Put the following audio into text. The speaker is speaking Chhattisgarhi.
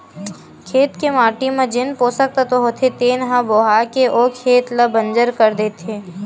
खेत के माटी म जेन पोसक तत्व होथे तेन ह बोहा के ओ खेत ल बंजर कर देथे